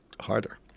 harder